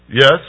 Yes